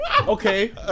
Okay